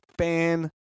fan